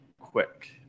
quick